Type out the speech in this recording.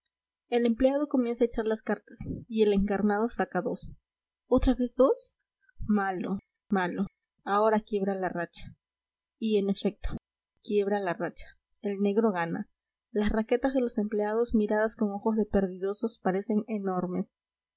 el empleado comienza a echar las cartas y el encarnado saca dos otra vez dos malo malo ahora quiebra la racha y en efecto quiebra la racha el negro gana las raquetas de los empleados miradas con ojos de perdidosos parecen enormes